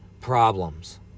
problems